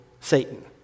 Satan